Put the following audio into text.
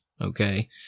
okay